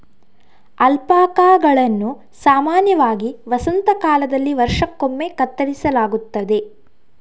ಅಲ್ಪಾಕಾಗಳನ್ನು ಸಾಮಾನ್ಯವಾಗಿ ವಸಂತ ಕಾಲದಲ್ಲಿ ವರ್ಷಕ್ಕೊಮ್ಮೆ ಕತ್ತರಿಸಲಾಗುತ್ತದೆ